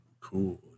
cool